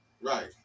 Right